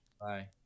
Bye